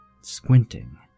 squinting